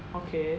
okay